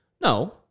no